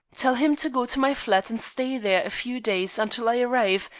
tell him to go to my flat, and stay there a few days until i arrive,